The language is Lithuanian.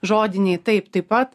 žodiniai taip taip pat